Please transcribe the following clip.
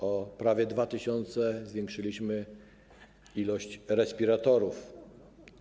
O prawie 2 tys. zwiększyliśmy liczbę respiratorów.